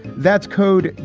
that's code.